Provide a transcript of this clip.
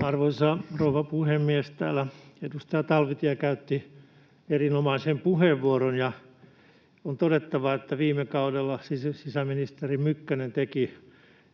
Arvoisa rouva puhemies! Täällä edustaja Talvitie käytti erinomaisen puheenvuoron, ja on todettava, että viime kaudella sisäministeri Mykkänen teki